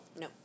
No